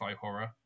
horror